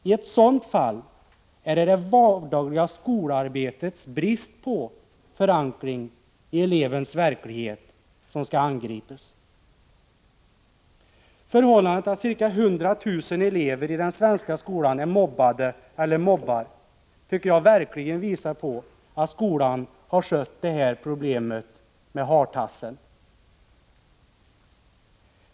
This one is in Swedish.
I ett sådant fall skall det vardagliga skolarbetets brist på förankring i elevens verklighet angripas. Det förhållandet att ca 100 000 elever i den svenska skolan är mobbade eller mobbar visar verkligen på att skolan har slätat över det här problemet med hartassen.